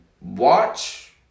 watch